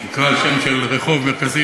אותה תשתית קבועה: מעטים מקבלים הרבה,